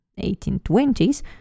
1820s